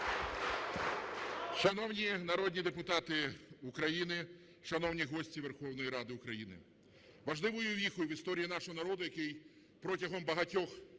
Шановні народні депутати України, шановні гості Верховної Ради України, важливою віхою в історії нашого народу, який протягом багатьох століть